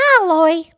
alloy